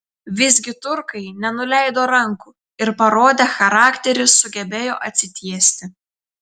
visgi turkai nenuleido rankų ir parodę charakterį sugebėjo atsitiesti